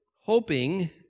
Hoping